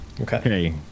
Okay